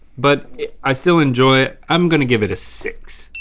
but i still enjoy it. i'm gonna give it a six.